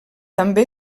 també